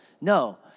No